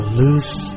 loose